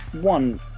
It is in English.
one